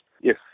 Yes